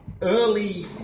early